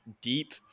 deep